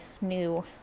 new